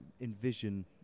envision